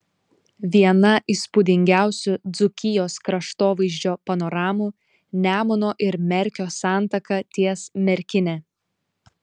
viena įspūdingiausių dzūkijos kraštovaizdžio panoramų nemuno ir merkio santaka ties merkine